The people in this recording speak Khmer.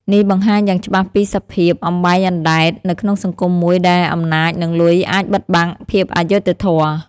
នេះបង្ហាញយ៉ាងច្បាស់ពីសភាព "អំបែងអណ្ដែត" នៅក្នុងសង្គមមួយដែលអំណាច និងលុយអាចបិទបាំងភាពអយុត្តិធម៌។